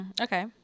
Okay